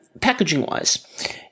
Packaging-wise